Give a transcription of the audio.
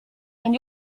and